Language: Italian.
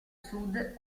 sud